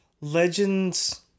Legends